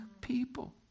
people